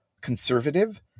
conservative